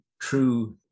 true